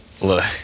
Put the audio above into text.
look